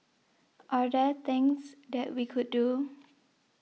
are there things that we could do